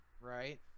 right